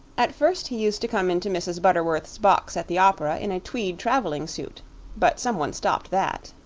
at first he used to come into mrs. butterworth's box at the opera in a tweed traveling suit but someone stopped that.